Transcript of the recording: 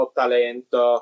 talento